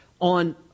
on